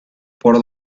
por